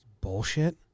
bullshit